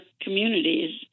communities